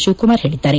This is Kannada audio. ಶಿವಕುಮಾರ್ ಹೇಳಿದ್ದಾರೆ